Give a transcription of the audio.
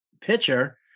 pitcher